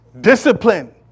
Discipline